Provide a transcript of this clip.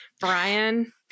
brian